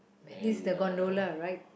Medley's the gondola right